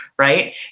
Right